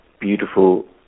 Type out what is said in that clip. beautiful